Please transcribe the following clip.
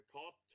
Caught